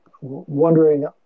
Wondering